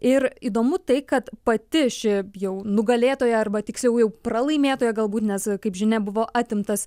ir įdomu tai kad pati ši jau nugalėtoja arba tiksliau jau pralaimėtoja galbūt nes kaip žinia buvo atimtas